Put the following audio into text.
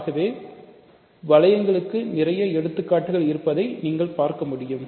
ஆகவே வளையங்களுக்கு நிறைய எடுத்துக்காட்டுகள் இருப்பதை நீங்கள் பார்க்க முடியும்